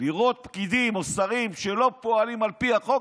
לראות פקידים או שרים שלא פועלים על פי החוק,